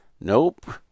Nope